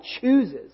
chooses